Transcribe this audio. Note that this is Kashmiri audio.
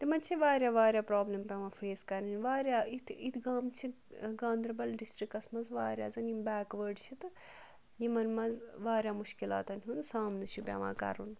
تِمَن چھِ واریاہ واریاہ پرٛابلِم پیٚوان فیس کَرٕنۍ واریاہ یِتھ یِتھ گام چھِ گاندَربَل ڈِسٹِرٛکَس منٛز واریاہ زَن یِم بیک وٲڈ چھِ تہٕ یِمَن منٛز واریاہ مُشکِلاتَن ہُنٛد سامنہٕ چھُ پٮ۪وان کَرُن